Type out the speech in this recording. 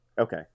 Okay